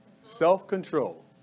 Self-control